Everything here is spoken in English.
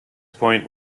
point